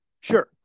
sure